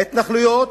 ההתנחלויות,